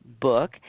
book